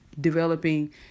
developing